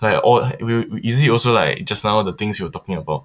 like all is it also like just now the things you were talking about